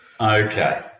Okay